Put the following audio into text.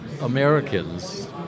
Americans